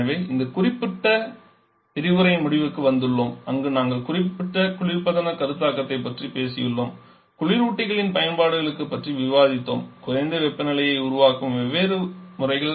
எனவே இந்த குறிப்பிட்ட விரிவுரையின் முடிவுக்கு வந்துள்ளோம் அங்கு நாங்கள் குளிர்பதனக் கருத்தாக்கத்தைப் பற்றிப் பேசியுள்ளோம் குளிரூட்டிகளின் பயன்பாடுகளைப் பற்றி விவாதித்தோம் குறைந்த வெப்பநிலையை உருவாக்கும் வெவ்வேறு முறைகள்